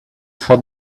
for